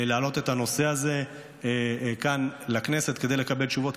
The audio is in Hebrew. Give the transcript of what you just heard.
להעלות את הנושא הזה כאן לכנסת כדי לקבל תשובות,